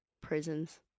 prisons